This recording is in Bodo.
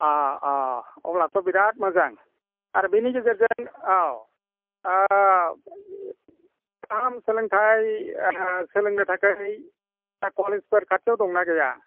अ अ अब्लाथ' बिराद मोजां आरो बिनि गेजेरजों औ गाहाम सोलोंथाय सोलोंनो थाखाय कलेजफोर खाथियाव दंना गैया